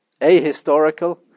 ahistorical